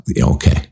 okay